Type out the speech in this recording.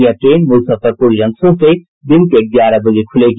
यह train Muzaffarpur junction से दिन के ग्यारह बजे खुलेगी